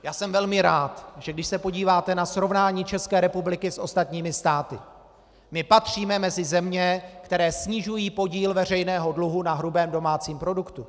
Já jsem velmi rád, když se podíváte na srovnání České republiky s ostatními státy, my patříme mezi země, které snižují podíl veřejného dluhu na hrubém domácím produktu.